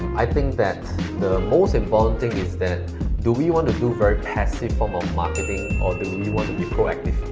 i think that the most important thing is that do we want to very passive form of marketing or do we want to be proactive?